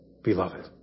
Beloved